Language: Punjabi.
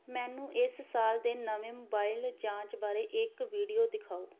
ਮੈਨੂੰ ਇਸ ਸਾਲ ਦੇ ਨਵੇਂ ਮੋਬਾਈਲ ਜਾਂਚ ਬਾਰੇ ਇੱਕ ਵੀਡੀਓ ਦਿਖਾਓ